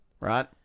right